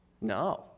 No